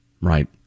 Right